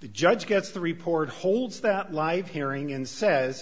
the judge gets the report holds that live hearing and says